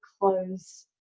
close